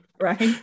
Right